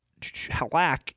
Halak